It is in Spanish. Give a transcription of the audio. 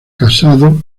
casado